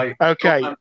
okay